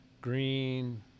green